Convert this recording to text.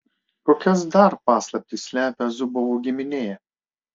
kokias dar paslaptis slepia zubovų giminė